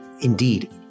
indeed